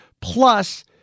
plus